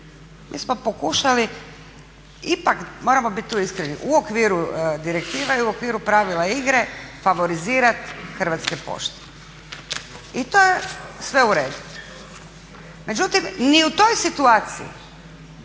mi smo pokušali, ipak moramo biti tu iskreni, u okviru direktive i u okviru pravila igre favorizirati Hrvatske pošte. I to je sve u redu. Međutim, ni u toj situaciji